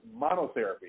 monotherapy